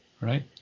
right